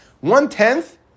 one-tenth